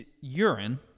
Urine